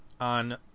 on